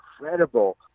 incredible